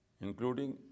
including